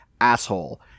asshole